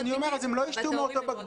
אז אני אומר: אז הם לא יישתו מאותו בקבוק